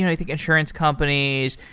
i think, insurance companies,